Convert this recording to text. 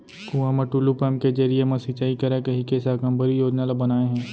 कुँआ म टूल्लू पंप के जरिए म सिंचई करय कहिके साकम्बरी योजना ल बनाए हे